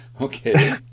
Okay